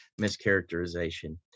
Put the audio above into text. mischaracterization